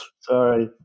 Sorry